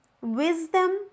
wisdom